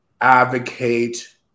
advocate